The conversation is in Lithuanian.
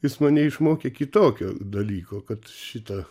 jis mane išmokė kitokio dalyko kad šita